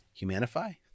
humanify